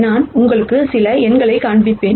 நான் உங்களுக்கு சில எண்களைக் காண்பிப்பேன்